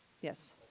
yes